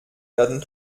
werden